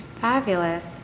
Fabulous